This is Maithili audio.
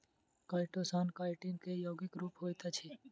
काइटोसान काइटिन के यौगिक रूप होइत अछि